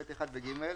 (ב1) ו-(ג),